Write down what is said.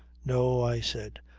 no, i said.